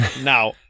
Now